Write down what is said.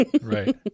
Right